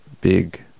big